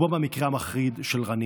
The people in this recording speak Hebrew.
כמו במקרה המחריד של רנין,